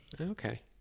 Okay